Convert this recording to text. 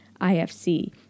IFC